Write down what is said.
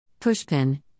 Pushpin